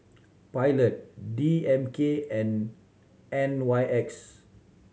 Pilot D M K and N Y X